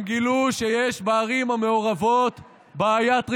הם גילו שיש בערים המעורבות בעיית ריבונות,